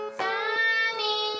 sunny